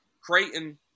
Creighton